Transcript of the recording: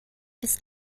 ist